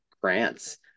grants